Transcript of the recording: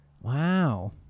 Wow